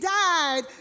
died